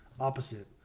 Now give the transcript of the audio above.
opposite